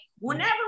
Whenever